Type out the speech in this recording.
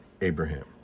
Abraham